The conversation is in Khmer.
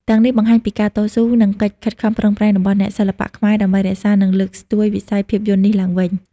ទាំងនេះបង្ហាញពីការតស៊ូ និងកិច្ចខិតខំប្រឹងប្រែងរបស់អ្នកសិល្បៈខ្មែរដើម្បីរក្សា និងលើកស្ទួយវិស័យភាពយន្តនេះឡើងវិញ។